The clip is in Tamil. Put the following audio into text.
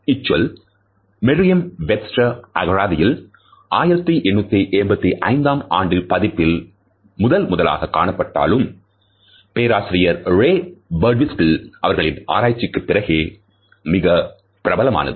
இச்சொல் மரியம் வெப்ஸ்டர் அகராதியில் 1885 ஆண்டு பதிப்பில் முதன்முதலாக காணப்பட்டாலும் பேராசிரியர் ரே பர்டுவிஸ்டல் அவர்களின் ஆராய்ச்சிக்கு பிறகே மிகவும் பிரபலமானது